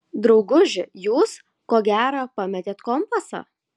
drauguži jūs ko gera pametėt kompasą